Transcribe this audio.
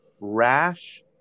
rash